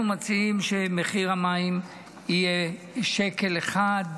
אנחנו מציעים שמחיר המים יהיה שקל אחד,